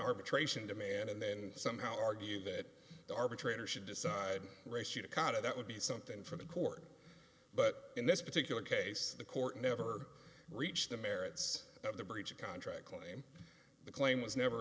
arbitration demand and then somehow argue that the arbitrator should decide ratio to kind of that would be something for the court but in this particular case the court never reached the merits of the breach of contract claim the claim was never